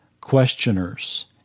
questioners